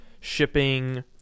shipping